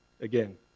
again